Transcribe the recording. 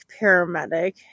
paramedic